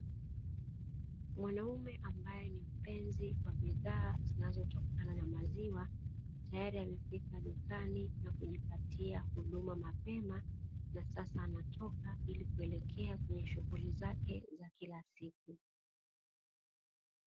Mwanaume ambaye ni mpenzi wa bidhaa zinazotokana na maziwa, tayari amefika dukani na kujipatia huduma mapema na sasa anatoka, ili kuelekea kwenye shughuli zake za kila siku.